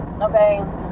Okay